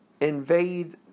invade